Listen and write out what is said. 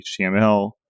HTML